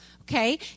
Okay